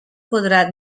podrà